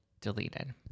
deleted